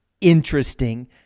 interesting